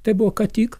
tai buvo ką tik